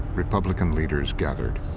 republican leaders gathered.